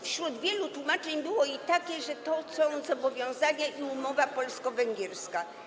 Wśród wielu tłumaczeń było i takie, że chodzi tu o zobowiązania i umowę polsko-węgierską.